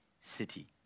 city